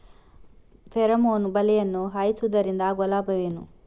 Pheromone ಬಲೆಯನ್ನು ಹಾಯಿಸುವುದರಿಂದ ಆಗುವ ಲಾಭವೇನು?